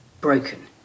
broken